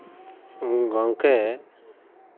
ᱜᱚᱝᱠᱮ